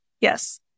Yes